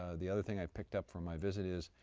ah the other thing i picked up from my visit is,